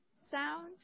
sound